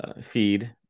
feed